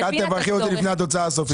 רק אל תברכי אותי לפני התוצאה הסופית.